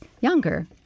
younger